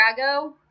Drago